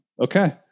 okay